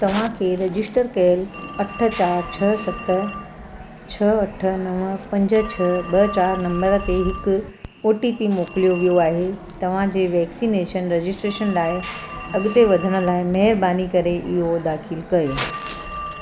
तव्हांखे रजिस्टर कयल अठ चारि छह सत छह अठ नव पंज छह ॿ चारि नंबर ते हिकु ओटीपी मोकिलियो वियो आहे तव्हांजे वैक्सीनेशन रजिस्ट्रेशन लाइ अॻिते वधण लाइ महिरबानी करे इहो दाख़िल कयो